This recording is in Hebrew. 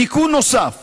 תיקון נוסף